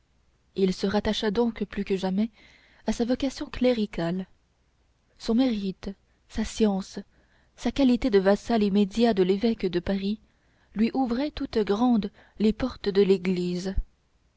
il se rattacha donc plus que jamais à sa vocation cléricale son mérite sa science sa qualité de vassal immédiat de l'évêque de paris lui ouvraient toutes grandes les portes de l'église